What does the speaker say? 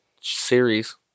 series